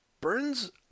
Burns